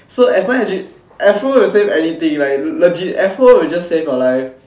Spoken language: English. so afro has this afro replace anything right legit afro will just save your life